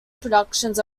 productions